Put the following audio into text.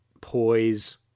poise